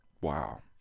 Wow